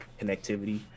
connectivity